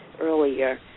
earlier